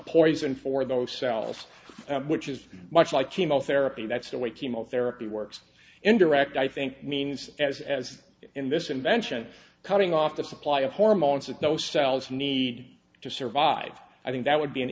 poison for those cells which is much like chemotherapy that's the way chemotherapy works in direct i think means as in this invention cutting off the supply of hormones that those cells need to survive i think that would be an